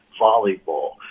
volleyball